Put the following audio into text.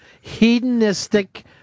hedonistic